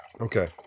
Okay